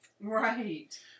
Right